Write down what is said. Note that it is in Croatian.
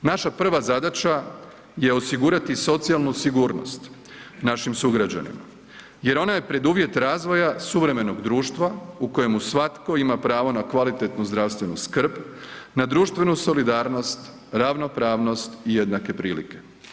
Naša prva zadaća je osigurati socijalnu sigurnost našim sugrađanima jer ona je preduvjet razvoja suvremenog društva u kojemu svatko ima pravo na kvalitetnu zdravstvenu skrb, na društvenu solidarnost, ravnopravnost i jednake prilike.